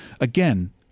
again